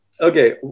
Okay